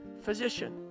physician